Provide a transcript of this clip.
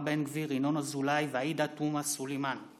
סחיטה מינית וכלכלית של נשים שתמונות וסרטונים שלהן מופיעים ברשת.